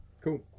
Cool